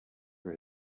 for